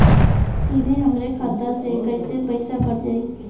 सीधे हमरे खाता से कैसे पईसा कट जाई?